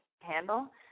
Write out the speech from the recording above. handle